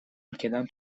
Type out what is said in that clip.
ülkeden